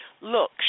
Look